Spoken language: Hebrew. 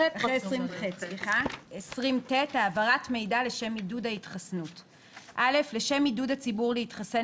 יקראו: "העברת מידע לשם עידוד ההתחסנות 20ט. (א)לשם עידוד הציבור להתחסן